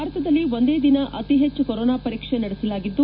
ಭಾರತದಲ್ಲಿ ಒಂದೇ ದಿನ ಅತಿ ಹೆಚ್ಲು ಕೊರೊನಾ ಪರೀಕ್ಷೆ ನಡೆಸಲಾಗಿದ್ದು